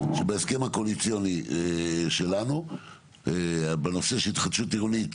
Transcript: שבהסכם הקואליציוני שלנו בנושא של התחדשות עירונית